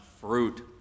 fruit